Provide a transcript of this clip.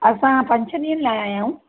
असां पंज छह ॾींहंनि लाइ आया आहियूं